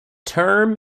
term